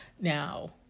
Now